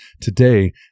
today